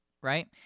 right